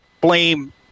blame